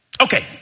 Okay